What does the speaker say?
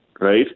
right